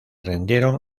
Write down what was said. rindieron